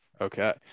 Okay